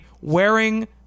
wearing